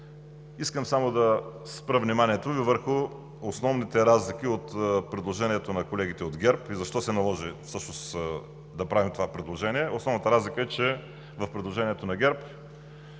Искам само да спра вниманието Ви от предложението на колегите от ГЕРБ и защо всъщност се наложи да правим това предложение. Основната разлика е, че в предложението на ГЕРБ